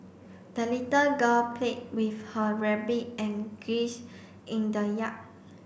the little girl played with her rabbit and geese in the yard